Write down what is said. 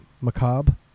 macabre